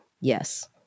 Yes